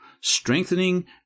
strengthening